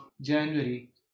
January